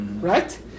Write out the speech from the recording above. right